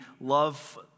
love